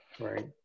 right